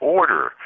order